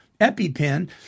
EpiPen